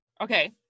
Okay